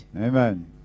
Amen